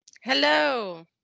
Hello